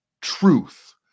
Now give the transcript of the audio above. truth